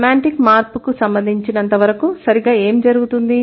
semantic మార్పుకు సంబంధించినంతవరకు సరిగ్గా ఏం జరుగుతుంది